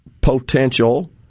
potential